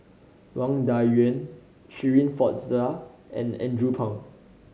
Wang Dayuan Shirin Fozdar and Andrew Phang